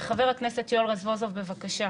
חבר הכנסת יואל רזבוזוב, בבקשה.